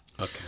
Okay